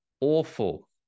awful